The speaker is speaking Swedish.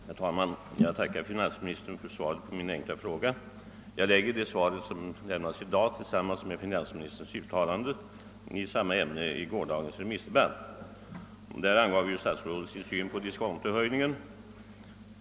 Herr talman! Jag tackar finansministern för svaret på min enkla fråga. Jag sammanställer finansministerns svar i dag med hans uttalande i samma ämne i gårdagens remissdebatt, då han gav sin syn på diskontohöjningen.